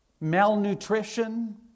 malnutrition